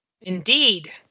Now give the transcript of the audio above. Indeed